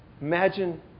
Imagine